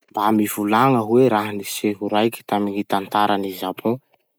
Mba mivolagna hoe raha-niseho raiky tamy gny tantaran'i Japon?